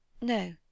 No